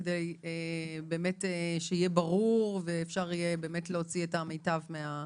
כדי שיהיה ברור ואפשר יהיה להוציא את המיטב.